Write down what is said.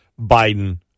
Biden